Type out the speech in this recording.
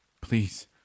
Please